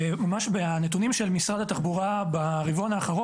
אנחנו נהנה בצורה בלתי רגילה מהשירות הזה.